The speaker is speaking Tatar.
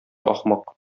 ахмак